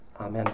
Amen